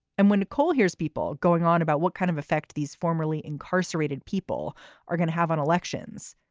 and when nicole hears people going on about what kind of effect these formerly incarcerated people are gonna have on elections,